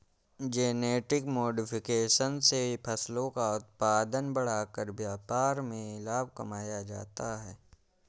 genetic modification से फसलों का उत्पादन बढ़ाकर व्यापार में लाभ कमाया जाता है